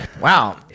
Wow